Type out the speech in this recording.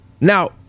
now